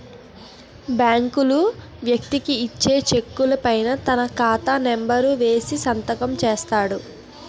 బ్యాంకులు వ్యక్తికి ఇచ్చే చెక్కుల పైన తన ఖాతా నెంబర్ వేసి సంతకం చేస్తాడు